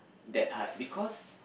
that hard because